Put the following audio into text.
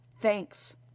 Thanks